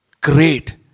great